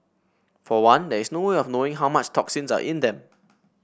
for one there is no way of knowing how much toxins are in them